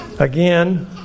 Again